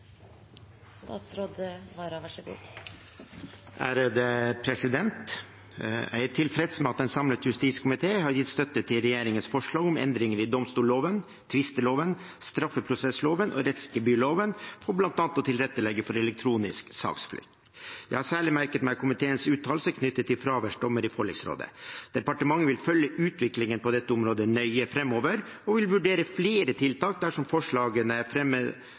tilfreds med at en samlet justiskomité har gitt støtte til regjeringens forslag om endringer i domstolloven, tvisteloven, straffeprosessloven og rettsgebyrloven for bl.a. å tilrettelegge for elektronisk saksflyt. Jeg har særlig merket meg komiteens uttalelser knyttet til fraværsdommer i forliksrådet. Departementet vil følge utviklingen på dette området nøye framover og vurdere flere tiltak dersom forslagene